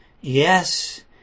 Yes